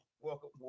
welcome